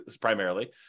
primarily